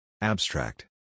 Abstract